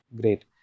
Great